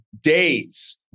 days